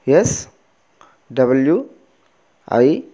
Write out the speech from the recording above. S W I